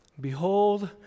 Behold